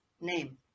Name